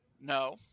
No